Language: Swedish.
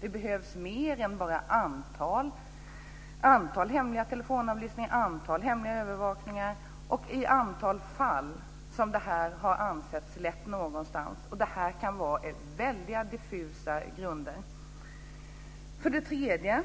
Det behövs mer än bara antal hemliga telefonavlyssningar, antal hemliga övervakningar och det antalet fall som det ansetts att detta har lett någonstans. Här kan det vara väldigt diffusa grunder. För det tredje